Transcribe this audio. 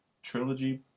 Trilogy